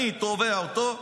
אני תובע אותו,